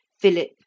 Philip